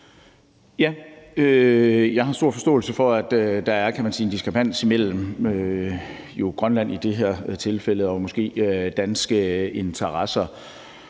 Ja, jeg har stor forståelse for, at der er, kan man sige, en diskrepans mellem i det her tilfælde Grønland og måske danske interesser.